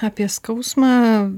apie skausmą